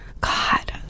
God